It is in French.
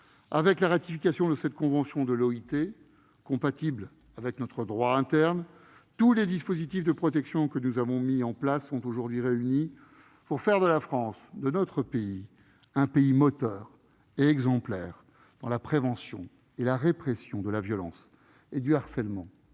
Avec la ratification de cette convention de l'OIT, compatible avec notre droit interne, tous les dispositifs de protection que nous avons mis en place sont aujourd'hui réunis pour faire de la France un pays moteur et exemplaire dans la prévention et la répression de la violence et du harcèlement